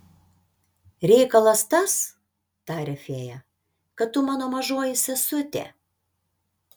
reikalas tas taria fėja kad tu mano mažoji sesutė